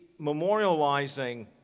memorializing